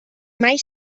mai